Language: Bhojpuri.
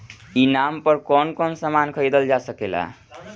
ई नाम पर कौन कौन समान खरीदल जा सकेला?